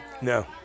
No